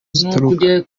zituruka